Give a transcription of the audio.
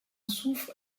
souffre